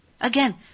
Again